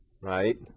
right